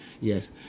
yes